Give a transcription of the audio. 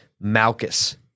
Malchus